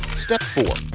step four.